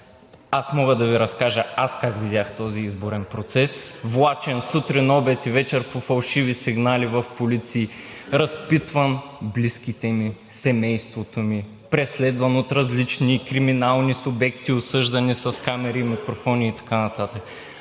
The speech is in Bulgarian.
мога да Ви разкажа как аз видях този изборен процес – влачен сутрин, обед и вечер по фалшиви сигнали в полиции, разпитвани близките ми, семейството ми, преследван от различни осъждани криминални субекти, с камери, микрофони и така нататък.